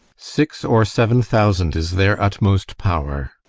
six or seven thousand is their utmost power.